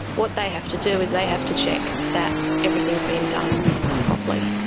what they have to do is they have to check that everything's been done properly.